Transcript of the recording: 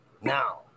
Now